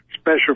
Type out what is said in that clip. special